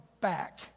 back